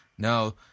No